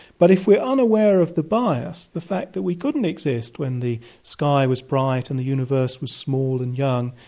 but if we are unaware of the bias, the fact that we couldn't exist when the sky was bright and the universe was small and young,